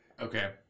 Okay